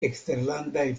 eksterlandaj